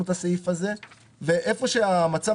אבל ברגע שיש את הזמן הזה עם הוויכוח איתכם